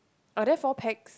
are there four packs